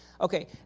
Okay